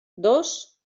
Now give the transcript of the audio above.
dos